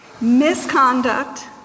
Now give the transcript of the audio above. misconduct